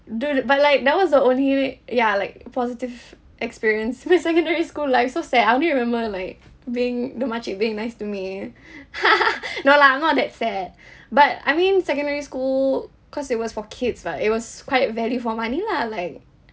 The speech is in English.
dude but like that was the only ya like positive experience secondary school life so sad I only remember like being the mak cik being nice to me no lah I'm not that sad but I mean secondary school cause it was for kids lah it was quite value for money lah like